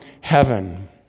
heaven